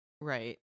Right